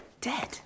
Dead